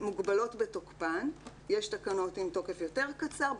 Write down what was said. מוגבלות בתוקפן, יש תקנות עם תוקף יותר קצר.